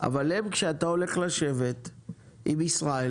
אבל הן כשאתה הולך לשבת עם ישראל,